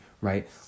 right